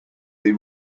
they